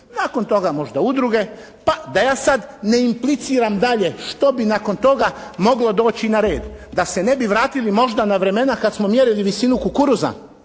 Nakon toga možda udruge, pa da ja sada ne impliciram dalje što bi nakon toga moglo doći na red, da se ne bi vratili možda na vremena kada smo mjerili visinu kukuruza.